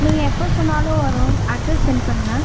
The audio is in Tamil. நீங்கள் எப்போ சொன்னாலும் வரோம் அட்ரஸ் சென்ட் பண்ணுங்கள்